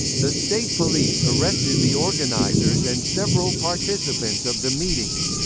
the state police arrested the organizers and several participants of the meeting.